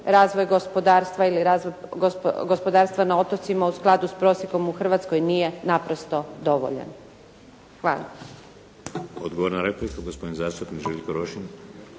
razvoj gospodarstva ili razvoj gospodarstva na otocima u skladu sa prosjekom u Hrvatskoj nije naprosto dovoljan. Hvala. **Šeks, Vladimir (HDZ)** Odgovor na repliku, gospodin zastupnik Željko Rošin.